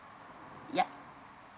yup